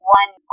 one